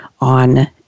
on